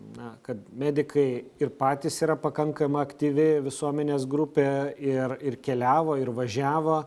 na kad medikai ir patys yra pakankama aktyvi visuomenės grupė ir ir keliavo ir važiavo